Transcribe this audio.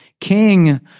king